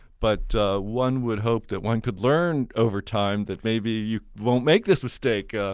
but one would hope that one could learn over time that maybe you won't make this mistake.